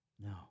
no